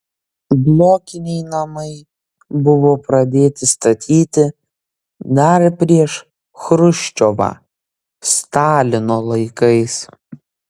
blokiniai namai buvo pradėti statyti dar prieš chruščiovą stalino laikais